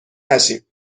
نشیم